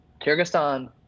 Kyrgyzstan